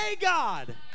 God